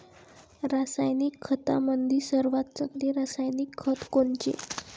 रासायनिक खतामंदी सर्वात चांगले रासायनिक खत कोनचे?